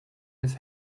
his